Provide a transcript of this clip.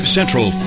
Central